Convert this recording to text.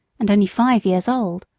and only five years old.